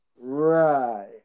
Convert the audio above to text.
Right